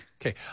Okay